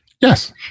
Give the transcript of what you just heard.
Yes